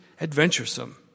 adventuresome